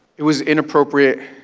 it was inappropriate. it